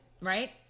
right